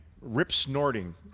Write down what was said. rip-snorting